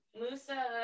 Musa